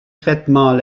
traitement